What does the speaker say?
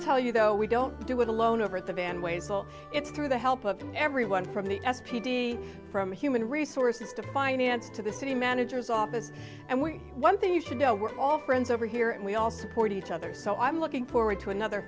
tell you though we don't do it alone over the band ways it's through the help of everyone from the s p d from human resources to finance to the city manager's office and we one thing you should know we're all friends over here and we all support each other so i'm looking forward to another